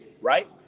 right